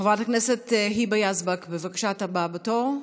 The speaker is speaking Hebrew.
חברת הכנסת היבה יזבק, בבקשה, את הבאה בתור.